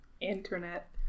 Internet